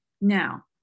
Now